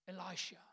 Elisha